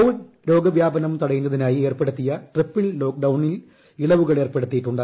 Covid രോഗവ്യാപനം തടയ്യുന്നതിനായി ഏർപ്പെടുത്തിയ ട്രിപ്പിൾ ലോക്ക്ഡൌണ്ണീൽ ് ഇളവുകൾ ഏർപ്പെടുത്തിയിട്ടുണ്ട്